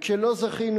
וכשלא זכינו,